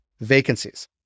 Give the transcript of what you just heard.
vacancies